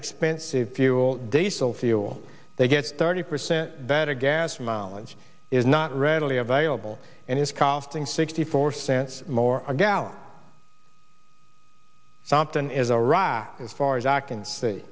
expensive fuel diesel fuel they get thirty percent better gas mileage is not readily available and is costing sixty four cents more a gallon sump than is a rock as far as i can see